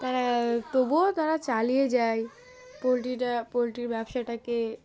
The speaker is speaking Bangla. তারা তবুও তারা চালিয়ে যায় পোলট্রিটা পোলট্রির ব্যবসাটাকে